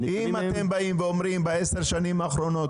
אין הרבה תאונות בדבר הזה אם אתם באים ואומרים בעשר השנים האחרונות,